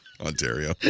Ontario